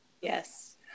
Yes